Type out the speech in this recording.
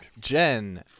Jen